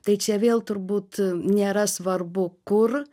tai čia vėl turbūt nėra svarbu kur